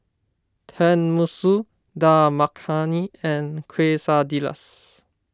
Tenmusu Dal Makhani and Quesadillas